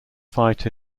fight